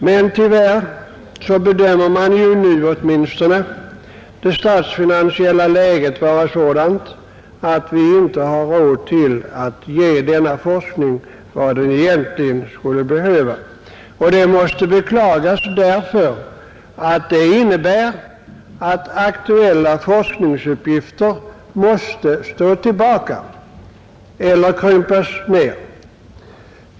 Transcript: Men tyvärr bedömer man åtminstone nu det statsfinansiella läget vara sådant att vi inte har råd att ge denna forskning vad den egentligen skulle behöva. Detta är att beklaga därför att det innebär att aktuella forskningsuppgifter måste stå tillbaka eller krympas ned.